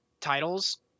titles